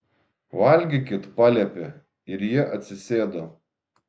valgykit paliepė ir jie atsisėdo